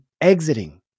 exiting